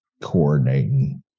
coordinating